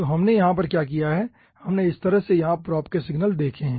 तो हमने यहां पर क्या किया है हमने इस तरह से यहां प्रोब के सिग्नल देखे हैं